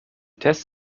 tests